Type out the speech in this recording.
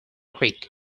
creek